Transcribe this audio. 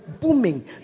booming